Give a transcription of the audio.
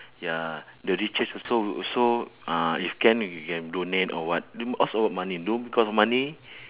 ya the richest also will also uh if can if you can donate or what you must ask a lot of money don't because money